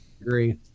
agree